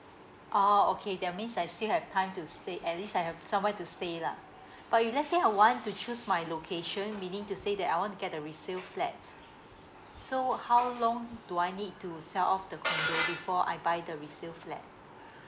oh okay that means I still have time to stay at least I have somewhere to stay lah but if let's say I want to choose my location meaning to say that I want to get the resale flat so how long do I need to sell off the condo before I buy the resale flat